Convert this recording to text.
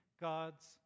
God's